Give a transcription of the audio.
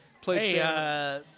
played